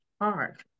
hard